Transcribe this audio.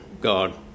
God